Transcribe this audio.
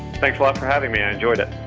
thanks alot for having me, i enjoyed it.